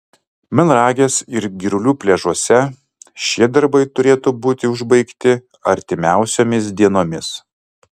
melnragės ir girulių pliažuose šie darbai turėtų būti užbaigti artimiausiomis dienomis